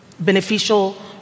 Beneficial